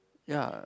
ya